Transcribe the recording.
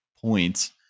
points